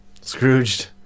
Scrooged